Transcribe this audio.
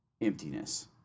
emptiness